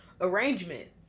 arrangements